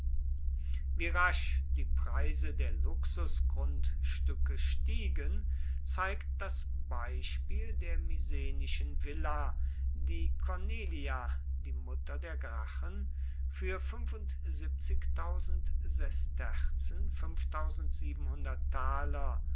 wie rasch die preise der luxusgrundstücke stiegen zeigt das beispiel der misenischen villa die cornelia die mutter der gracchen für sesterzen